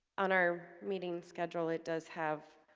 on our meeting schedule it does have